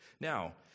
Now